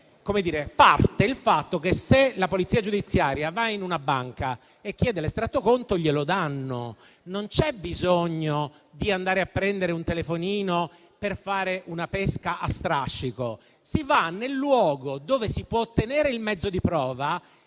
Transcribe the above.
parte il fatto che, se la Polizia giudiziaria va in una banca e chiede l'estratto conto, le viene dato. Non c'è bisogno di andare a prendere un telefonino per fare una pesca a strascico. Si va nel luogo dove si può ottenere il mezzo di prova, con le maggiori